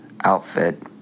outfit